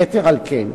יתר על כן,